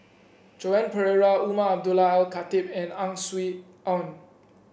Joan Pereira Umar Abdullah Al Khatib and Ang Swee Aun